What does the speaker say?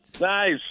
Nice